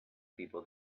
people